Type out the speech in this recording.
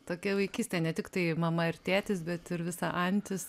tokia vaikystė ne tiktai mama ir tėtis bet ir visa antis